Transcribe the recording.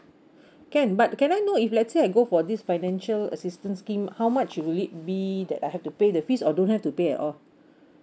can but can I know if let's say I go for this financial assistance scheme how much will it be that I have to pay the fees or don't have to pay at all